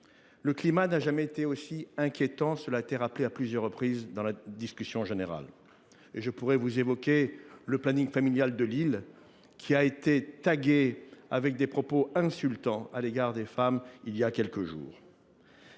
Le climat n’a jamais été aussi inquiétant, cela a été rappelé à plusieurs reprises lors de la discussion générale. Je pourrais citer l’exemple du planning familial de Lille, dont les locaux ont été tagués de propos insultants à l’égard des femmes il y a quelques jours.